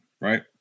right